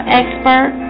expert